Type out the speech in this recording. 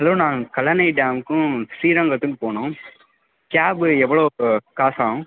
hello நான் கல்லணை டேம்க்கும் ஸ்ரீரங்கத்துக்கும் போகனும் கேப் எவ்வளோ காசு ஆகும்